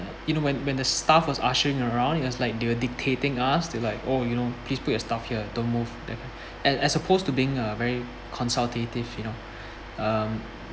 you know when when the staff was ushering around it was like they were dictating us to like oh you know please put your stuff here don't move that and as opposed to being a very consultative you know um